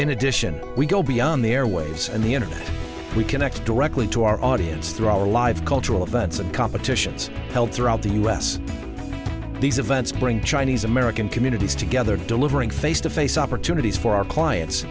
in addition we go beyond the airwaves and the internet we connect directly to our audience through all the live cultural events and competitions held throughout the u s these events bring chinese american communities together delivering face to face opportunities for our clients